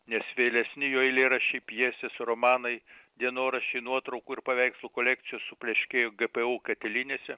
nes vėlesni jo eilėraščiai pjesės romanai dienoraščiai nuotraukų ir paveikslų kolekcija supleškėjo gpu katilinėse